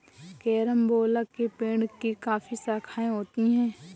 carambola के पेड़ की काफी शाखाएं होती है